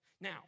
Now